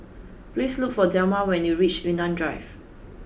please look for Delma when you reach Yunnan Drive